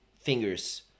fingers